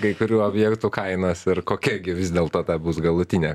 kai kurių objektų kainos ir kokia gi vis dėlto ta bus galutinė